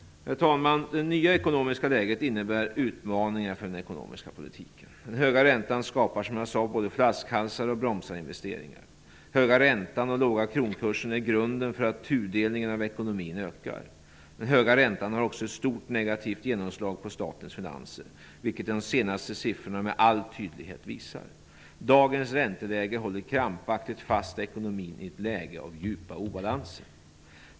Herr talman! Det nya ekonomiska läget innebär utmaningar för den ekonomiska politiken. Den höga räntan skapar som jag sade både flaskhalsar och bromsar investeringar. Den höga räntan och låga kronkursen är grunden för att tudelningen av ekonomin ökar. Den höga räntan har också ett stort negativt genomslag på statens finanser, vilket de senaste siffrorna med all tydlighet visar. Dagens ränteläge håller krampaktigt fast ekonomin i ett läge av djupa obalanser.